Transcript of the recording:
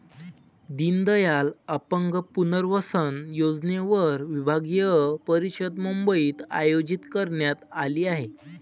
दीनदयाल अपंग पुनर्वसन योजनेवर विभागीय परिषद मुंबईत आयोजित करण्यात आली आहे